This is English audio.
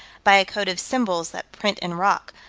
by a code of symbols that print in rock,